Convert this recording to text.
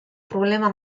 problema